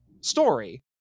story